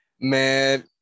Man